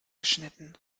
geschnitten